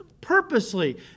purposely